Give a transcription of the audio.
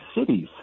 cities